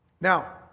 Now